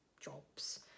Jobs